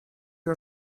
you